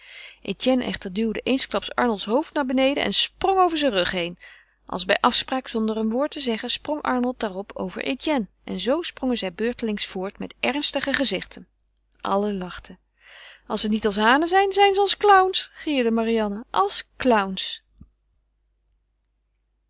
etienne echter duwde eensklaps arnolds hoofd naar beneden en sprong over zijn rug heen als bij afspraak zonder een woord te zeggen sprong arnold daarop over etienne en zoo sprongen zij beurtelings voort met ernstige gezichten allen lachten als ze niet als hanen zijn zijn ze als clowns gierde marianne als clowns